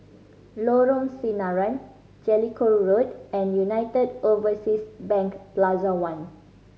Lorong Sinaran Jellicoe Road and United Overseas Bank Plaza One